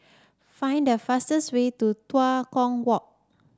find the fastest way to Tua Kong Walk